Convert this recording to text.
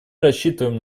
рассчитываем